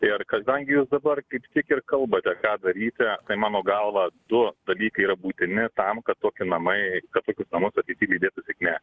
ir kadangi jūs dabar kaip tik ir kalbate ką daryti tai mano galva du dalykai yra būtini tam kad tokie namai kad tokius namus ateity lydėtų sėkmė